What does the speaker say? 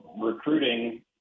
recruiting